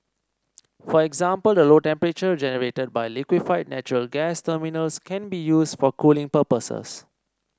for example the low temperatures generated by liquefied natural gas terminals can be used for cooling purposes